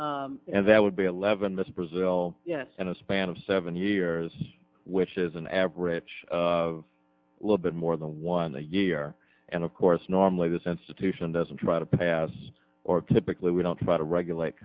eleven and that would be eleven this brazil yes in a span of seven years which is an average of a little bit more than one here and of course normally this institution doesn't try to pass or typically we don't try to regulate